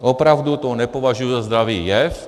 Opravdu to nepovažuji za zdravý jev.